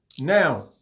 now